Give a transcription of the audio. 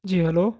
جی hello